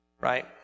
right